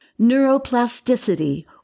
Neuroplasticity